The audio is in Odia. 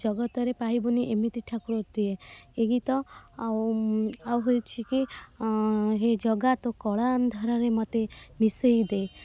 ଜଗତରେ ପାଇବୁନି ଏମିତି ଠାକୁରଟିଏ ଏ ଗୀତ ଆଉ ଆଉ ହଉଛି କି ଅ ହେ ଜଗା ତୁ କଳା ଅନ୍ଧାରରେ ମୋତେ ମିଶାଇ ଦେ